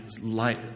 light